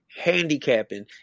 handicapping